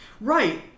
right